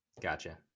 Gotcha